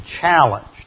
challenged